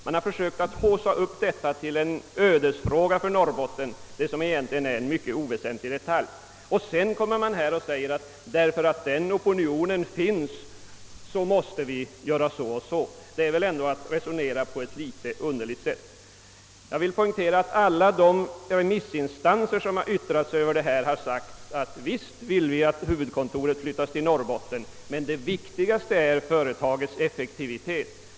Man har försökt haussa upp denna egentligen mycket oväsentliga detalj till en ödesfråga för Norrbotten. Sedan säger man här att eftersom den opinionen finns måste vi göra så och så. Detta är väl ändå att resonera litet underligt? Jag vill poängtera att alla de remissinstanser som har uttalat sig har sagt att »visst vill vi att huvudkontoret skall flyttas till Norrbotten, men det viktigaste är företagets effektivitet».